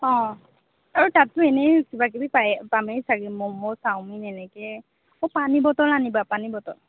অঁ আৰু তাতটো এনেই কিবা কিবি পামেই চাগে ম'ম' চাওমিন এনেকৈ অঁ পানী বটল আনিবা পানী বটল